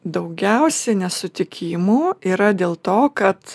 daugiausia nesutikimų yra dėl to kad